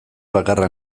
bakarra